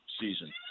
season